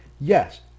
Yes